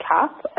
Cap